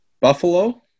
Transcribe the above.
buffalo